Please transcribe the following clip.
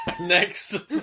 next